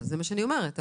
זה מה שאני אומרת.